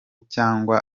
cyangwa